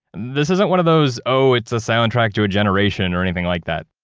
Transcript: this isn't one of those, oh, it's a soundtrack to a generation or anything like that.